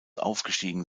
aufgestiegen